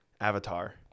Avatar